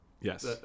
Yes